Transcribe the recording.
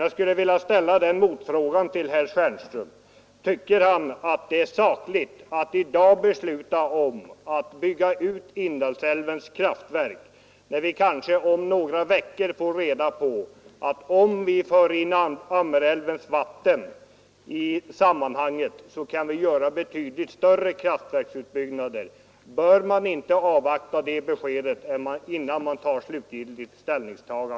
Jag skulle vilja ställa en motfråga till herr Stjernström: Tycker Ni att det är sakligt att i dag besluta att bygga ut Indalsälvens kraftverk när vi kanske om några veckor får reda på att ett införande av Ammerälvens vatten i sammanhanget kan leda till betydligt större kraftverksutbyggnader? Bör man inte avvakta det beskedet innan man tar slutgiltig ställning?